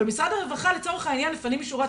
אבל משרד הרווחה לצורך העניין לפנים משורת